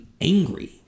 angry